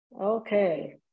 Okay